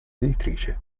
editrice